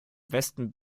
westen